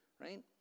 right